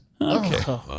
Okay